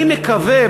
אני מקווה,